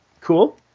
Cool